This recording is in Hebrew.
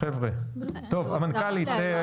המנכ"לית,